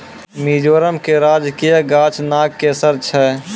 मिजोरम के राजकीय गाछ नागकेशर छै